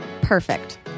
Perfect